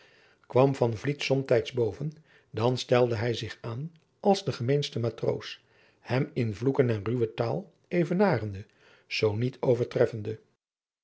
vliet somtijds boven dan stelde hij zich aan als de gemeenste matroos hem in vloeken en ruwe taal evenarende zoo niet overtreffende